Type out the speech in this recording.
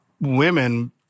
women